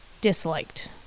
disliked